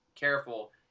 careful